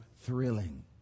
thrilling